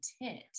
intent